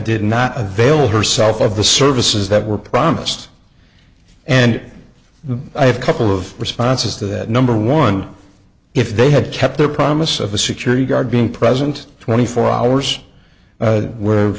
did not a veil herself of the services that were promised and i have a couple of responses that number one if they had kept their promise of a security guard being present twenty four hours